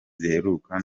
ziheruka